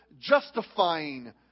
justifying